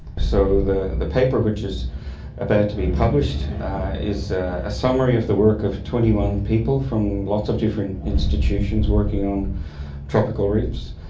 so the the paper which is about the be published is a summary of the work of twenty one people from lots of different institutions working on tropical reefs,